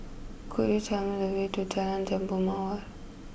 could you tell me the way to Jalan Jambu Mawar